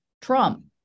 Trump